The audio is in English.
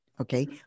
Okay